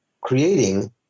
creating